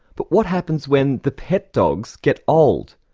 but what happens when the pet dogs get old?